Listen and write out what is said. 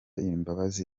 imbabazi